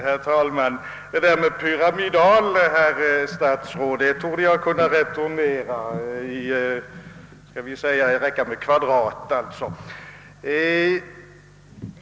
Herr talman! Det där med pyramidal, herr statsråd, torde jag kunna returnera, skall vi säga, i kvadrat.